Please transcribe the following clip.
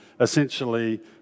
essentially